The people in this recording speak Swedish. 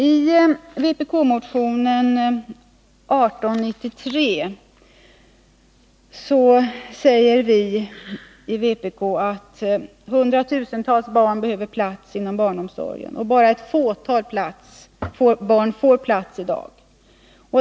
I vpk-motionen 1893 säger vi att hundratusentals barn behöver plats inom barnomsorgen, medan bara ett fåtal barn får plats i dag.